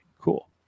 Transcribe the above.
cool